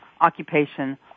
occupation